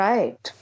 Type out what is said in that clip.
Right